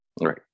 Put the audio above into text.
Right